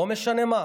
לא משנה מה.